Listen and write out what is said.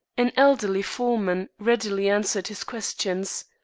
an elderly foreman readily answered his questions.